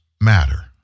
matter